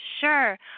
Sure